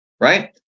right